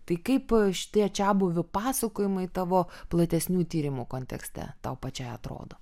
tai kaip šitie čiabuvių pasakojimai tavo platesnių tyrimų kontekste tau pačiai atrodo